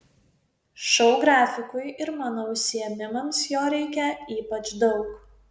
šou grafikui ir mano užsiėmimams jo reikia ypač daug